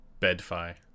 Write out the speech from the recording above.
BedFi